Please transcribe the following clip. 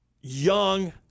young